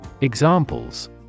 Examples